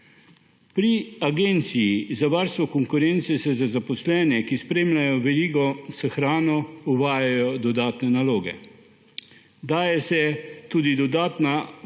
Pri agenciji za varstvo konkurence za zaposlene, ki spremljajo verigo s hrano, uvajajo dodatne naloge. Daje se tudi dodatna